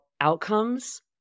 outcomes